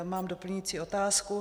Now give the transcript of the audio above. Mám doplňující otázku.